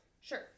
sure